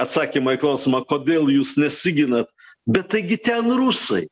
atsakymą į klausimą kodėl jūs nesiginat bet taigi ten rusai